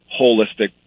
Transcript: holistic